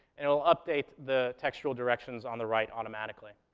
and it'll update the textual directions on the right automatically.